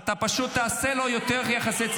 אתה פשוט תעשה לו יותר יחסי ציבור.